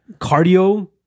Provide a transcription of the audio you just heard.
cardio